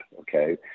okay